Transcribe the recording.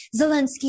zelensky